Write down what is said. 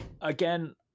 Again